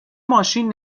ماشین